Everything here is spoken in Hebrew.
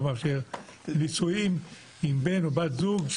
לא מאפשר נישואים עם בן או בת זוג,